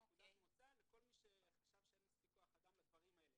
נקודת מוצא לכל מי שחשב שאין מספיק כוח אדם לדברים האלה.